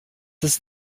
ist